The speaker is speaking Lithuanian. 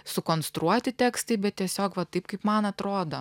sukonstruoti tekstai bet tiesiog va taip kaip man atrodo